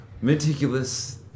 Meticulous